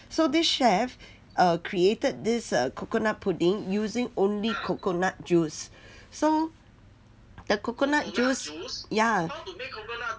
so this chef err created this err coconut pudding using only coconut juice so the coconut juice ya